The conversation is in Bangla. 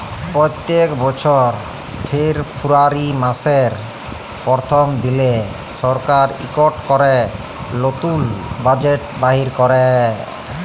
প্যত্তেক বছর ফেরবুয়ারি ম্যাসের পরথম দিলে সরকার ইকট ক্যরে লতুল বাজেট বাইর ক্যরে